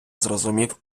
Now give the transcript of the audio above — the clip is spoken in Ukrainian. зрозумів